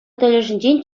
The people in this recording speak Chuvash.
тӗлӗшӗнчен